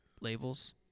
labels